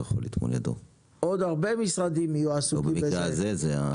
עוד הרבה משרדים יהיו עסוקים בזה,